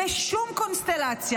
בשום קונסטלציה,